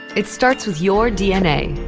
it starts with your dna,